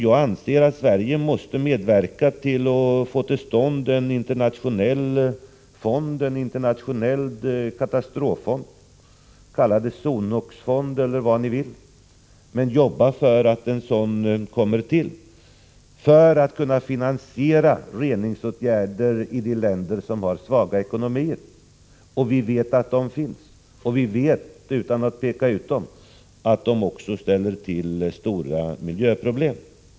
Jag anser att Sverige måste medverka till att få till stånd en internationell katastroffond — kalla det SONOX-fond eller vad ni vill, men jobba för att en sådan kommer till stånd — för att finansiera reningsåtgärder i de länder som har svaga ekonomier. Vi vet att det finns sådana länder — jag vill inte här peka ut dem — och vi vet att de ställer till stora miljöproblem.